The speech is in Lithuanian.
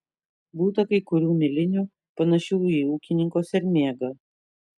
būta kai kurių milinių panašių į ūkininko sermėgą